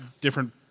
Different